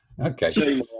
okay